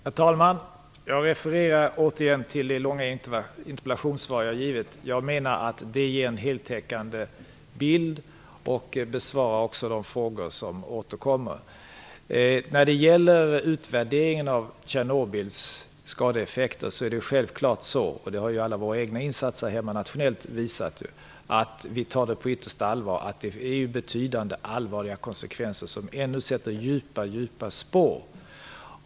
Herr talman! Jag refererar återigen till det långa interpellationssvar jag gett. Jag menar att det ger en heltäckande bild och besvarar även de frågor som återkommer. Vi tar självfallet utvärderingen av Tjernobyls skadeeffekter på yttersta allvar - det har alla våra egna insatser här hemma visat. Det blev betydande allvarliga konsekvenser som ännu sätter djupa spår.